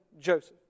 Joseph